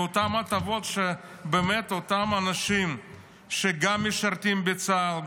באותן הטבות של אותם אנשים שגם משרתים בצה"ל,